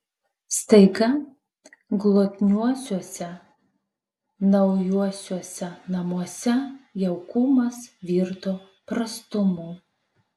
staiga glotniuosiuose naujuosiuose namuose jaukumas virto prastumu